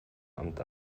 amt